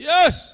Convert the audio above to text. Yes